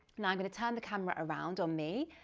now i'm gonna turn the camera around on me,